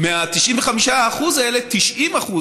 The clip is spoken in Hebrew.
מה-95% האלה 90%,